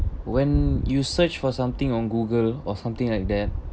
when you search for something on google or something like that